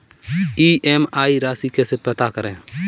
EMI राशि कैसे पता करें?